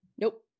Nope